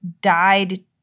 died